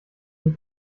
die